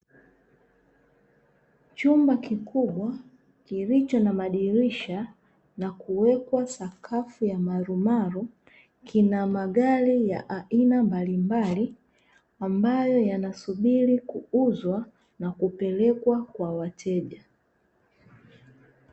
Chumba kikubwa kilicho na madirisha na kuwekwa sakafu ya marumaru, kina magari ya aina mbalimbali ambayo yanasubiri kuuzwa na kupelekwa kwa wateja.